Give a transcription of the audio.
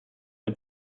dem